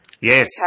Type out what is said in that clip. Yes